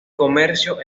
comercio